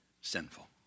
sinful